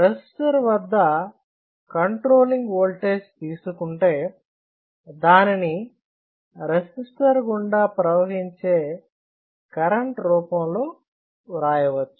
resistor వద్ద controlling voltage తీసుకుంటే దానిని రెసిస్టర్ గుండా ప్రవహించే కరెంట్ రూపంలో వ్రాయవచ్చు